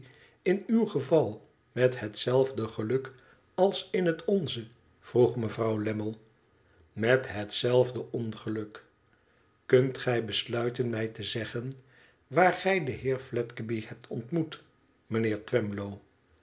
in uw geval met hetzelfde geluk als in het onze vroeg mevrouw lammie met hetzelfde ongeluk kunt gij besluiten mij te zeggen waar gij den heer fledgeby hebt ontmoet mijnheer twemlow